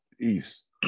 East